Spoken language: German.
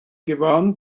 gewann